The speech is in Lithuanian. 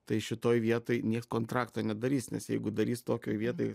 tai šitoj vietoj nieks kontrakto nedarys nes jeigu darys tokioj vietoj